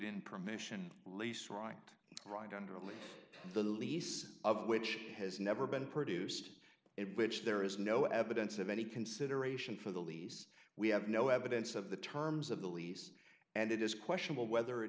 in permission lease right right under the lease of which has never been produced it which there is no evidence of any consideration for the lease we have no evidence of the terms of the lease and it is questionable whether it